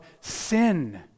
sin